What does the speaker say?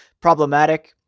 problematic